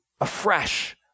afresh